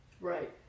Right